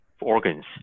organs